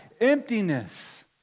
emptiness